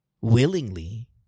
willingly